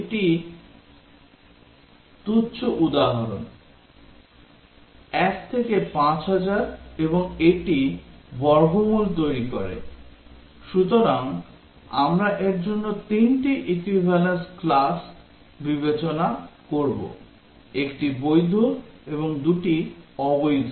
এটি তুচ্ছ উদাহরণ 1 থেকে 5000 এবং এটি বর্গমূল তৈরি করে সুতরাং আমরা এর জন্য তিনটি equivalence class বিবেচনা করব 1টি বৈধ এবং 2টি অবৈধ